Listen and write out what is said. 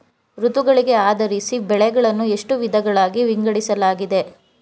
ಋತುಗಳಿಗೆ ಆಧರಿಸಿ ಬೆಳೆಗಳನ್ನು ಎಷ್ಟು ವಿಧಗಳಾಗಿ ವಿಂಗಡಿಸಲಾಗಿದೆ?